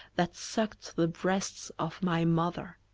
that sucked the breasts of my mother!